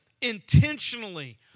intentionally